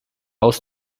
aus